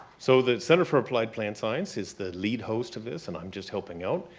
so the center for applied plant science is the lead host of this and i'm just helping out.